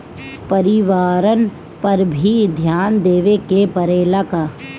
परिवारन पर भी ध्यान देवे के परेला का?